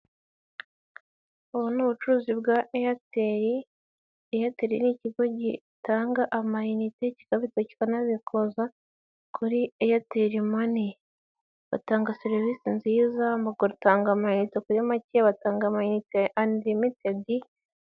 Ubu ni ubucuruzi bwa Airtel, Airtel ni ikigo gitanga amayinite, kikabitsa, kikanabikoza kuri Airtel money, batanga serivisi nziza, bagatanga amayinite kuri make, batanga amayinite ya Unlimited.